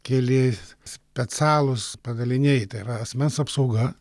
keli specialūs padaliniai tai yra asmens apsauga